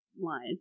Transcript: line